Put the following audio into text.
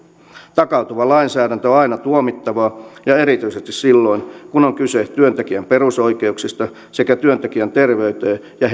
takautuva lainsäädäntö on aina tuomittavaa ja erityisesti silloin kun on kyse työntekijän perusoikeuksista sekä työntekijän terveyteen ja